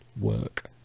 work